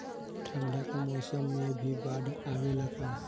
ठंडा के मौसम में भी बाढ़ आवेला का?